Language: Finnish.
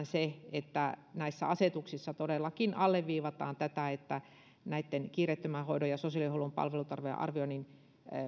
se että näissä asetuksissa todellakin alleviivataan tätä että näistä kiireettömän hoidon ja sosiaalihuollon palvelutarpeen arvioinnin